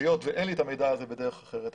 היות ואין לי את המידע הזה בדרך אחרת,